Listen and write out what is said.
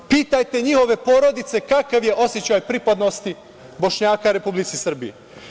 Pitajte njihove porodice kakav je osećaj pripadnosti Bošnjaka Republici Srbiji.